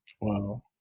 Wow